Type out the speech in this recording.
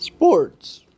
Sports